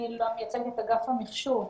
אני מייצגת את אגף המחשוב.